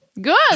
Good